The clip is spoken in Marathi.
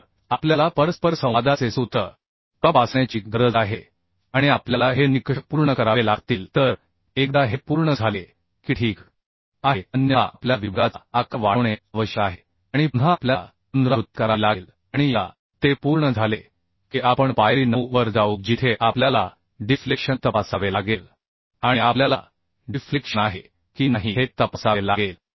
तर आपल्याला परस्परसंवादाचे सूत्र तपासण्याची गरज आहे आणि आपल्याला हे निकष पूर्ण करावे लागतील तर एकदा हे पूर्ण झाले की ठीकआहे अन्यथा आपल्याला विभागाचा आकार वाढवणे आवश्यक आहे आणि पुन्हा आपल्याला पुनरावृत्ती करावी लागेल आणि एकदा ते पूर्ण झाले की आपण पायरी 9 वर जाऊ जिथे आपल्याला डिफ्लेक्शन तपासावे लागेल आणि आपल्याला डिफ्लेक्शन आहे की नाही हे तपासावे लागेल